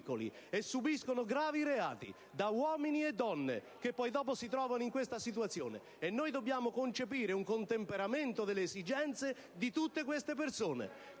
Grazie,